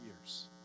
years